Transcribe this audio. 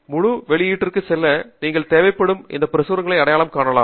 முழு வெளியீட்டிற்கும் செல்ல நீங்கள் தேவைப்படும் இந்தப் பிரசுரங்களை அடையாளம் காணலாம்